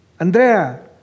Andrea